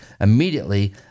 immediately